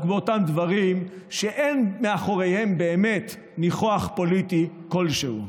באותם דברים שאין מאחוריהם באמת ניחוח פוליטי כלשהו.